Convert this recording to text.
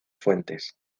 fuentes